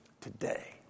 Today